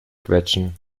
quetschen